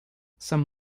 some